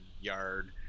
yard